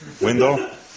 Window